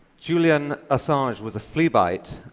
julian assange was a flea bite,